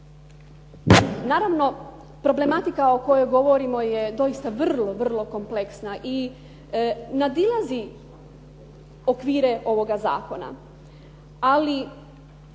Naravno problematika o kojoj govorimo je doista vrlo, vrlo kompleksna i nadilazi okvire ovoga zakona.